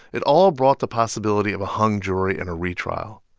it all brought the possibility of a hung jury and a retrial.